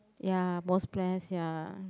ya most bless ya